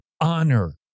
honor